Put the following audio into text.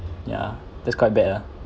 ya that's quite bad ah